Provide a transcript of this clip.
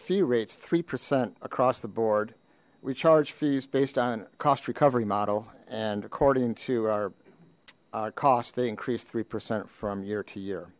fee rates three percent across the board we charge fees based on a cost recovery model and according to our cost they increase three percent from year to year